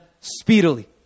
speedily